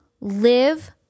live